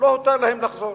לא הותר להם לחזור.